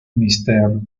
mrs